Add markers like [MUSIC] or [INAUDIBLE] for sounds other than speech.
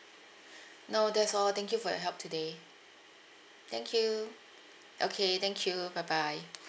[BREATH] no that's all thank you for your help today thank you okay thank you bye bye